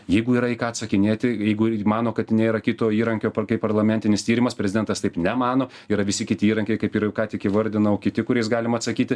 jeigu yra į ką atsakinėti jeigu ji mano kad nėra kito įrankio par kaip parlamentinis tyrimas prezidentas taip nemano yra visi kiti įrankiai kaip ir ką tik įvardinau kiti kuriais galima atsakyti